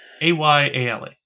A-Y-A-L-A